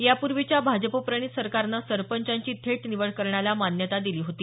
या पूर्वीच्या भाजपप्रणीत सरकारनं सरपंचांची थेट निवड करण्याला मान्यता दिली होती